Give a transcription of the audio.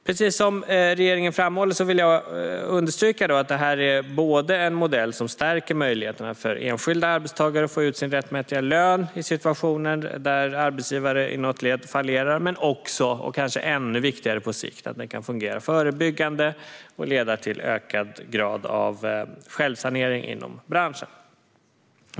Precis som regeringen vill jag understryka att det här både är en modell som stärker möjligheterna för enskilda arbetstagare att få ut sin rättmätiga lön i situationer där arbetsgivare i något led fallerar och - kanske ännu viktigare på sikt - kan fungera förebyggande och leda till en högre grad av självsanering inom branschen.